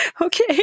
Okay